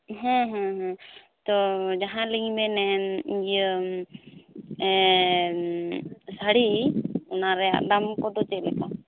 ᱛᱳ ᱡᱟᱦᱟᱸ ᱞᱤᱧ ᱢᱮᱱᱮᱫ ᱤᱭᱟᱹ ᱥᱟᱹᱲᱤ ᱚᱱᱟ ᱨᱮᱭᱟᱜ ᱫᱟᱢ ᱠᱚᱫᱚ ᱪᱮᱫ ᱞᱮᱠᱟ